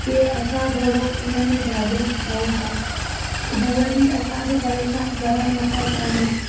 की असां थोरो हिन में जागरूक थियूं था हूए बि असांखे परेशानु करणु न था चाहिनि